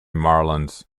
marlins